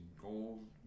gold